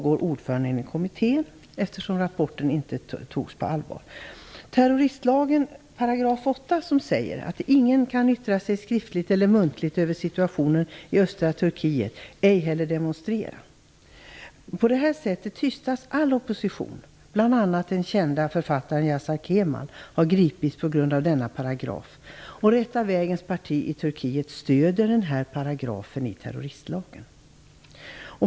Ordföranden i kommittén avgick, eftersom rapporten inte togs på allvar. Terroristlagen § 8 säger att ingen kan yttra sig skriftligt eller muntligt över situationen i östra Turkiet ej heller demonstrera. På det här sättet tystas all opposition, bl.a. den kände författaren Yasar Kemal har gripits enligt denna paragraf. Rätta vägens parti i Turkiet stöder den här paragrafen i terroristlagen.